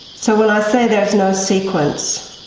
so when i say there is no sequence,